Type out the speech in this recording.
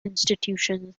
institutions